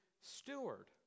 steward